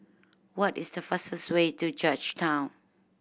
what is the fastest way to Georgetown